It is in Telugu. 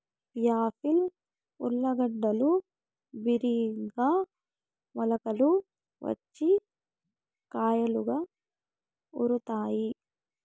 యాపిల్ ఊర్లగడ్డలు బిరిగ్గా మొలకలు వచ్చి కాయలుగా ఊరుతాయి